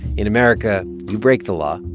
in america, you break the law.